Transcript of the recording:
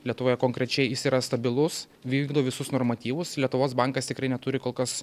lietuvoje konkrečiai jis yra stabilus vykdo visus normatyvus lietuvos bankas tikrai neturi kol kas